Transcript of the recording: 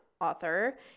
author